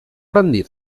rendir